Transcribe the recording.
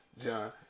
John